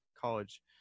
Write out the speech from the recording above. college